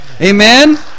Amen